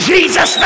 Jesus